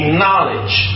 knowledge